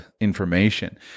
information